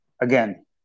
Again